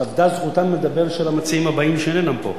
אז אבדה זכותם לדבר של המציעים הבאים שאינם פה,